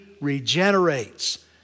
regenerates